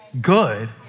good